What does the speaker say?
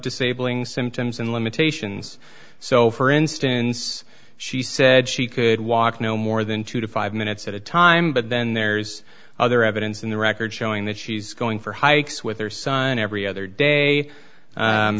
disabling symptoms and limitations so for instance she said she could walk no more than two to five minutes at a time but then there's other evidence in the record showing that she's going for hikes with her son every other day